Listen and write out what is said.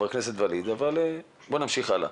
בוא נמשיך הלאה.